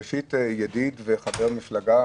זה דבר שטיפלתי בו בקדנציה